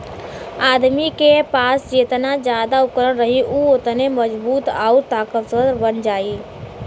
आदमी के पास जेतना जादा उपकरण रही उ ओतने मजबूत आउर ताकतवर बन जाई